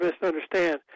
misunderstand